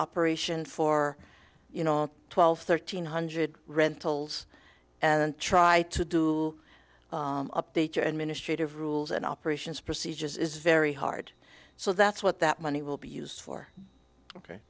operation for you know twelve thirteen hundred rentals and try to do updates or administrative rules and operations procedures is very hard so that's what that money will be used for ok